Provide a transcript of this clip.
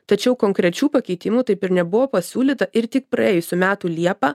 tačiau konkrečių pakeitimų taip ir nebuvo pasiūlyta ir tik praėjusių metų liepą